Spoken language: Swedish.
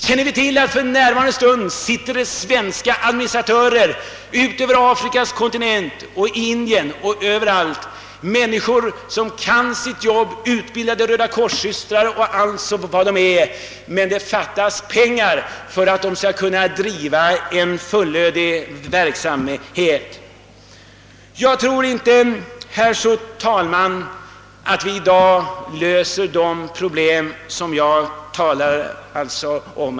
Känner vi till att det för närvarande finns svenska administratörer på Afrikas kontinent, i Indien och på andra platser, människor som kan sitt jobb — utbildade rödakorssystrar t.ex. — men det fattas pengar för att de skall kunna driva en fullödig verksamhet. Jag tror inte, herr talman, att vi i dag kommer att lösa de problem som jag talar om.